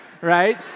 right